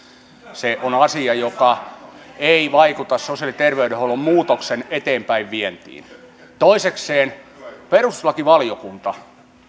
se on on asia joka ei vaikuta sosiaali ja terveydenhuollon muutoksen eteenpäinvientiin toisekseen perustuslakivaliokunta